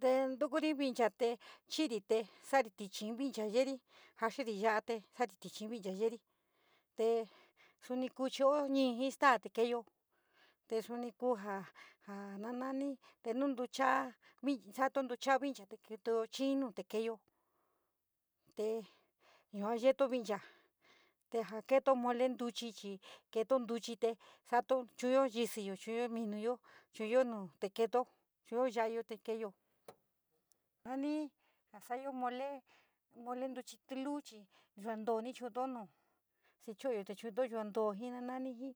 Ntukitu vincha te chi´iriti te sa´arí tichii yerí, jaxiri ya´a te sabri tíchii vincha te yeeri te suni ku chu´jo ñii ji staa te keo te suni kuu ja, janani te nu ntucha, satuo ntucha vincha kitio chii nu te keeyo te yua yeto vincha. Te ja keeto mole ntuchi chi ketoo ntuchí te sato chu´uyo yísí yo chu´uyo yísí yo chu´uyo un te keeto, chu´uyo ya´ayo te keeto. Va nanii sa´ayo mole ntuchi tiluchi chi yua ntooni chu´uto nu xi cho'oyote chuutu yua too nu ji nananiji,